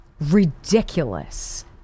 ridiculous